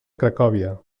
cracòvia